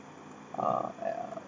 uh